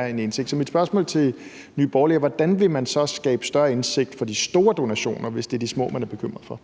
at man skal kunne få indsigt i det. Så mit spørgsmål til Nye Borgerlige er: Hvordan vil man så skabe større indsigt i de store donationer, hvis det er de små, man er bekymret for?